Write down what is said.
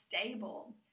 stable